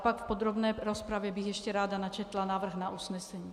Pak v podrobné rozpravě bych ještě ráda načetla návrh na usnesení.